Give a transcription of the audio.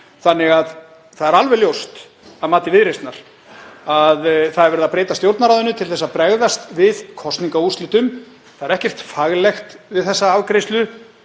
þeirra. Það er alveg ljóst að mati Viðreisnar að verið er að breyta Stjórnarráðinu til að bregðast við kosningaúrslitum. Það er ekkert faglegt við þessa afgreiðslu,